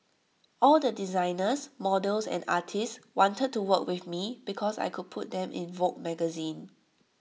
all the designers models and artists wanted to work with me because I could put them in Vogue magazine